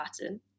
pattern